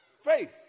Faith